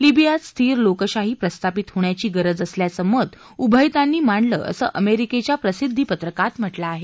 लिबियात स्थिर लोकशाही प्रस्थापित होण्याची गरज असल्याचं मत उभयतांनी मांडलं असं अमेरिकेच्या प्रसिद्धीपत्रकात म्हटलं आहे